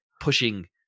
pushing